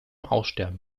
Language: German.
aussterben